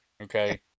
Okay